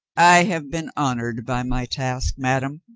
i have been honored by my task, madame,